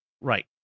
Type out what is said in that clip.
Right